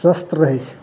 स्वस्थ रहय छै